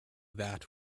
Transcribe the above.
that